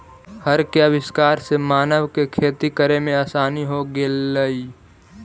हर के आविष्कार से मानव के खेती करे में आसानी हो गेलई